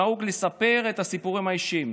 נהוג לספר את הסיפורים האישיים,